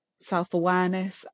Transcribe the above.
self-awareness